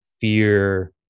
fear